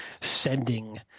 sending